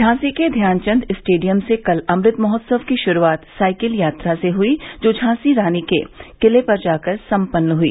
झांसी के ध्यानचंद स्टेडियम से कल अमृत महोत्सव की शुरूआत साईकिल यात्रा से हुई जो झांसी रानी के किले पर जाकर सम्पन्न हुई